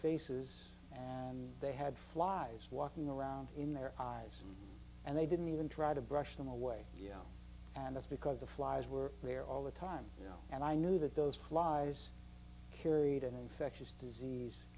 faces and they had flies walking around in their eyes and they didn't even try to brush them away and that's because the flies were there all the time you know and i knew that those flies carried an infectious disease